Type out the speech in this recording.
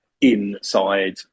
inside